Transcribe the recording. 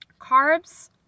carbs